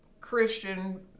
Christian